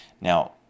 Now